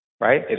right